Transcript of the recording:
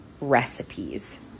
recipes